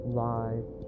live